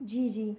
जी जी